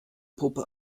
puppe